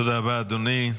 תודה רבה, אדוני.